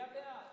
היא הצביעה בעד.